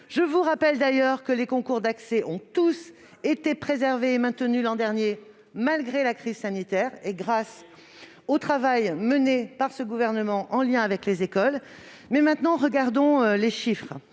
Je vous rappelle d'ailleurs que les concours d'accès aux grandes écoles ont tous été préservés et maintenus l'an dernier, malgré la crise sanitaire et grâce au travail mené par le Gouvernement, en lien avec les écoles. Maintenant, regardons les chiffres,